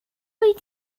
wyt